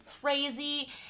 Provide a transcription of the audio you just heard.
crazy